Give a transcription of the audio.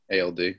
ALD